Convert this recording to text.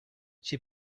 she